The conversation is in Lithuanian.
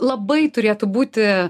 labai turėtų būti